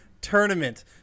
Tournament